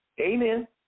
Amen